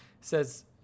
says